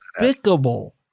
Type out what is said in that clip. despicable